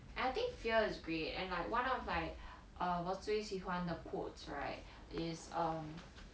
and I think fear is great and like one on of my uh 我最喜欢的 quotes right is um